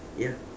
ya